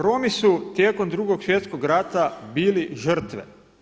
Romi su tijekom Drugog svjetskog rata bili žrtve.